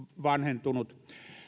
vanhentunut